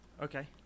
Okay